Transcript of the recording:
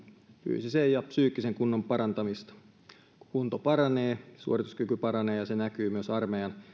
fyysisen ja psyykkisen kunnon parantamista kun kunto paranee suorituskyky paranee ja se näkyy myös armeijan